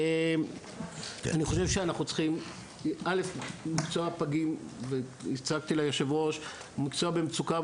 אני חושב שמקצוע הפגים הוא מקצוע במצוקה.